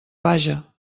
vaja